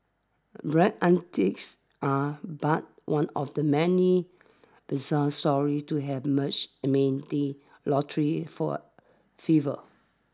Bragg's antics are but one of the many bizarre stories to have emerged amid the lottery for fever